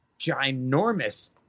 ginormous